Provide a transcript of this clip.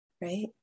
right